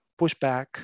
pushback